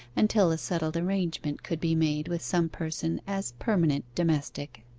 until a settled arrangement could be made with some person as permanent domestic.